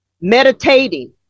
Meditating